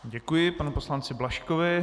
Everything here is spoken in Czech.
Děkuji panu poslanci Blažkovi.